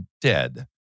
dead